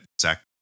Zach